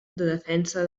defensa